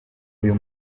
uyu